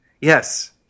Yes